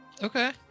Okay